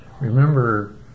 Remember